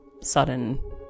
sudden